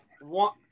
one